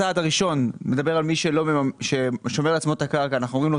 הצעד הראשון מדבר על מי ששומר לעצמו את הקרקע ואנחנו אומרים לו